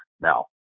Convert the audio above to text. Now